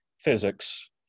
physics